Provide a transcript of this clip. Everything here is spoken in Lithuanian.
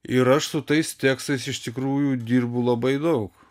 ir aš su tais tekstais iš tikrųjų dirbu labai daug